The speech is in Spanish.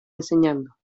enseñando